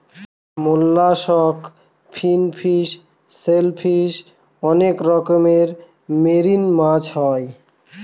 mollusc, finfish, shellfish অনেক রকমের marine মাছ হয়